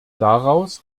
daraus